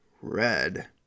Red